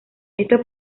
estos